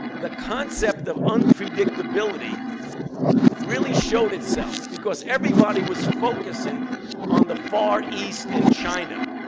the concept of unpredictability really showed itself. because everybody was focusing on the far east in china.